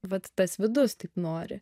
vat tas vidus taip nori